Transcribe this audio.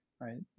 right